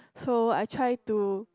so I try to